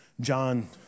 John